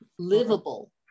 livable